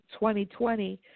2020